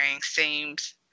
seems